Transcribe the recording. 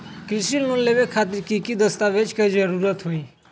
कृषि लोन लेबे खातिर की की दस्तावेज के जरूरत होतई?